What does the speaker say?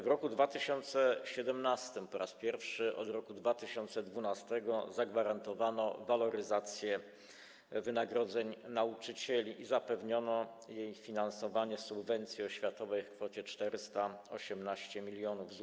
W roku 2017 po raz pierwszy od roku 2012 zagwarantowano waloryzację wynagrodzeń nauczycieli i zapewniono jej finansowanie z subwencji oświatowej w kwocie 418 mln zł.